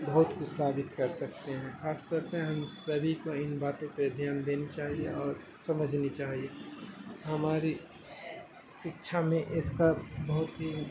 بہت کچھ ثابت کر سکتے ہیں خاص طور پہ ہم سبھی کو ان باتوں پہ دھیان دینی چاہیے اور سمجھنی چاہیے ہماری سکچھا میں اس کا بہت ہی